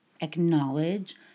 acknowledge